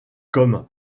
comme